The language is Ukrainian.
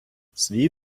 свій